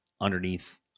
underneath